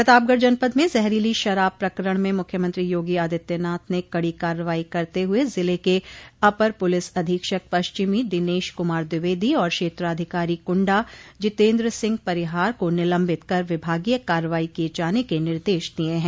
प्रतापगढ़ जनपद में जहरीली शराब प्रकरण में मुख्यमंत्री योगी आदित्यनाथ ने कड़ी कार्रवाई करते हुए जिले के अपर पुलिस अधीक्षक पश्चिमी दिनेश कुमार द्विवेदी और क्षेत्राधिकारी कुंडा जितेन्द्र सिंह परिहार को निलम्बित कर विभागीय कार्रवाई किये जाने के निर्देश दिये हैं